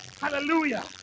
Hallelujah